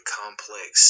complex